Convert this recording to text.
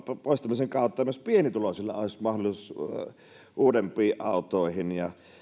poistamisen kautta myös pienituloisilla olisi mahdollisuus uudempiin autoihin